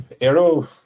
arrow